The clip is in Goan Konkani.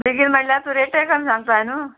बेगीन म्हणल्या तूं रेटय कमी सांगता न्हू